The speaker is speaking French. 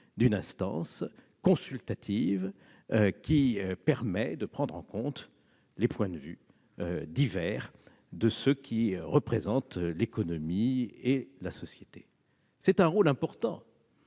une instance consultative qui permet de prendre en compte les points de vue divers de ceux qui représentent l'économie et la société. C'est un rôle important,